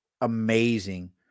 amazing